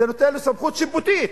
זה נותן לו סמכות שיפוטית.